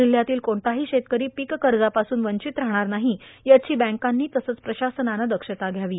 जिल्ह्यातील कोणताही शेतकरी पीक कर्जापासून वंचित राहणार नाही याची बँकांनी तसंच प्रशासनानं दक्षता घ्यावी